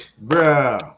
Bro